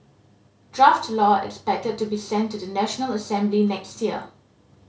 draft law expected to be sent to the National Assembly next year